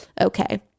Okay